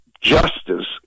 justice